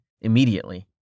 immediately